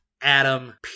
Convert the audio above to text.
Adam